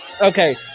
Okay